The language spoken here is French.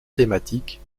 thématiques